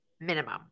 minimum